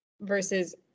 versus